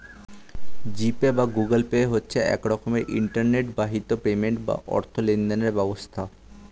জি Pay বা Google Pay হচ্ছে এক রকমের ইন্টারনেট বাহিত পেমেন্ট বা অর্থ লেনদেনের ব্যবস্থা